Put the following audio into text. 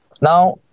now